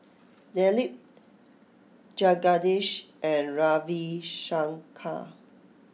Dilip Jagadish and Ravi Shankar